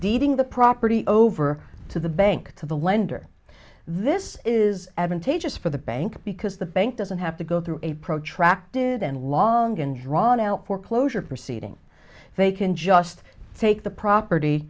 digging the property over to the bank to the lender this is advantageous for the bank because the bank doesn't have to go through a protracted and long and drawn out foreclosure proceedings they can just take the property